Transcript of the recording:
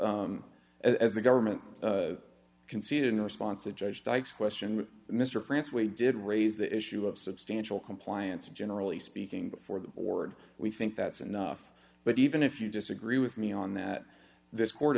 as the government conceded in response to judge dykes question mr france we did raise the issue of substantial compliance and generally speaking before the board we think that's enough but even if you disagree with me on that this court